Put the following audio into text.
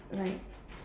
like